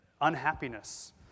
unhappiness